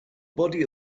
body